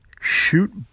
shoot